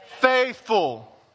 faithful